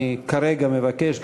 אני כרגע מבקש,